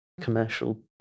commercial